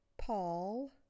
Paul